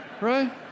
right